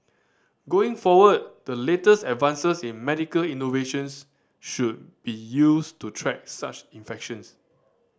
going forward the latest advances in medical innovations should be used to track such infections